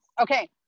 Okay